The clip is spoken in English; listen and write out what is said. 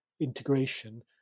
integration